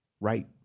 right